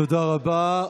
תודה רבה.